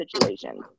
situations